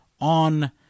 on